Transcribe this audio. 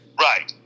Right